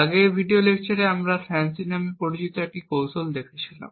আগের ভিডিও লেকচারে আমরা FANCI নামে পরিচিত কৌশল দেখেছিলাম